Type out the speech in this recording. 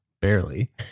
Barely